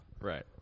right